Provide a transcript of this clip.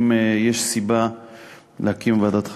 אם יש סיבה להקים ועדת חקירה,